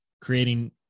creating